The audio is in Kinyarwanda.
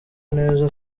neza